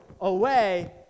away